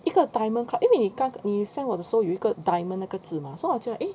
一个 Diamond Club 因为你刚你 send 我的时候有一个 diamond 那个字嘛所以以我觉得 eh